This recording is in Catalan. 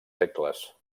segles